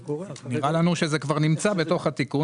לנו שזה כבר נמצא בתוך התיקון,